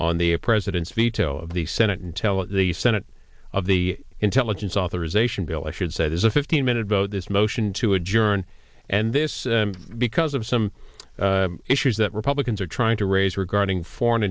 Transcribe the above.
on the a president's veto of the senate intel the senate of the intelligence authorization bill i should say there's a fifteen minute vote this motion to adjourn and this because of some issues that republicans are trying to raise regarding foreign